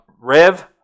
Rev